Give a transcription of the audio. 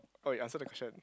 oh you answered the question